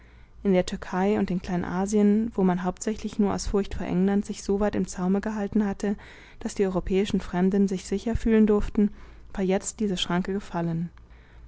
in der türkei und in kleinasien wo man hauptsächlich nur aus furcht vor england sich soweit im zaume gehalten hatte daß die europäischen fremden sich sicher fühlen durften war jetzt diese schranke gefallen